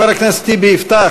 בבקשה, חבר הכנסת טיבי יפתח.